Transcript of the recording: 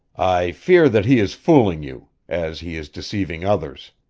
i fear that he is fooling you as he is deceiving others.